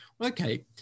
Okay